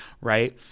right